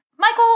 Michael